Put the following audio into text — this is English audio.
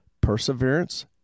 perseverance